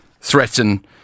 threaten